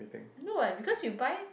no right because you buy